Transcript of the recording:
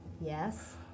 Yes